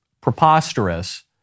preposterous